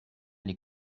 les